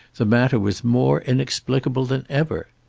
the matter was more inexplicable than ever.